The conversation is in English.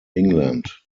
england